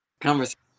conversation